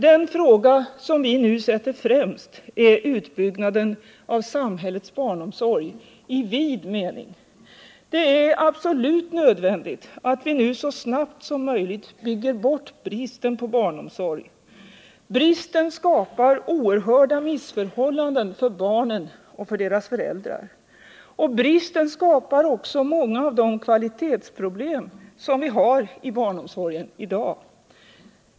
Den fråga som vi nu sätter främst är utbyggnaden av samhällets barnomsorg i vid mening. Det är, herr talman, absolut nödvändigt att vi nu så snabbt som möjligt bygger bort bristen på barnomsorg. Bristen skapar oerhörda missförhållanden för barnen och deras föräldrar. Bristen skapar också många av de kvalitetsproblem som vi har inom barnomsorgen i dag.